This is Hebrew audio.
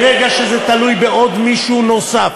ברגע שזה תלוי במישהו נוסף,